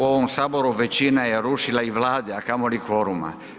U ovom Saboru većina je rušila i Vlade a kamoli kvoruma.